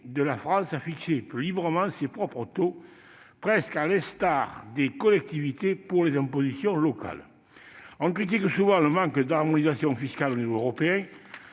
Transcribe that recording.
de la France à fixer plus librement ses propres taux, presque à l'instar des collectivités pour les impositions locales. On critique souvent le manque d'harmonisation fiscale au niveau européen,